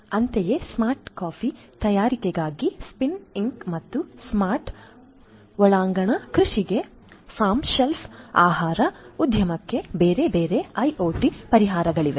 ಅಂತೆಯೇ smart coffee ತಯಾರಿಕೆಗಾಗಿ spin ink ಮತ್ತು ಸ್ಮಾರ್ಟ್ ಒಳಾಂಗಣ ಕೃಷಿಗೆ ಫಾರ್ಮ್ ಶೆಲ್ಫ್ ಆಹಾರ ಉದ್ಯಮಕ್ಕೆ ಬೇರೆ ಬೇರೆ ಐಒಟಿ ಪರಿಹಾರಗಳಿವೆ